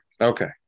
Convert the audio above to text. Okay